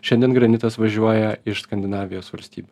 šiandien granitas važiuoja iš skandinavijos valstybių